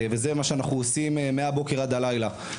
וזה מה שאנחנו עושים מהבוקר עד הלילה.